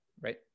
right